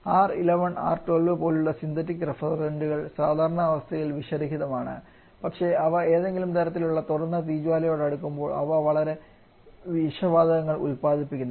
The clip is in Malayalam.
R 11 R 12 പോലുള്ള സിന്തറ്റിക് റഫ്രിജറന്റുകൾ സാധാരണ അവസ്ഥയിൽ വിഷരഹിതമാണ് പക്ഷേ അവ ഏതെങ്കിലും തരത്തിലുള്ള തുറന്ന തീജ്വാലയോട് അടുക്കുമ്പോൾ അവ വളരെ വിഷവാതകങ്ങൾ ഉത്പാദിപ്പിക്കുന്നു